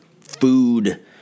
food